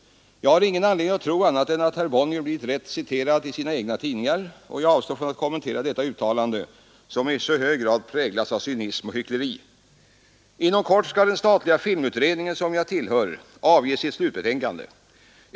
Jag har ingen anledning tro annat än att herr Bonnier blir rätt citerad i sina egna tidningar, och jag avstår från att kommentera detta uttalande, som i så hög grad präglas av cynism och hyckleri. Inom kort skall den statliga filmutredningen, som jag tillhör, avge sitt slutbetänkande.